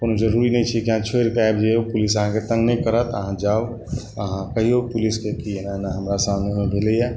कोनो जरूरी नहि छै कि आब अहाँ छोड़िके आबि जइयो पुलिस अहाँके तंग नहि करत अहाँ जाउ अहाँ कहियौ पुलिसके कि ऐना ऐना हमरा सामनेमे भेलैया